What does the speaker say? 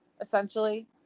essentially